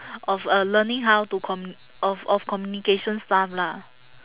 of uh learning how to comm~ of of communication stuff lah